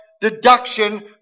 deduction